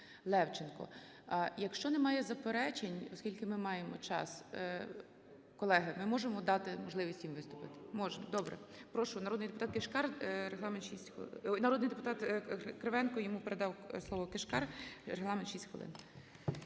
Левченко. Якщо немає заперечень, оскільки ми маємо час, колеги, ми можемо дати можливість їм виступити? Можемо. Добре. Прошу, народний депутат Кишкар. Регламент – 6 хвилин. Ой, народний депутат Кривенко.